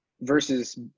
versus